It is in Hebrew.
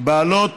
בעלות